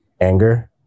anger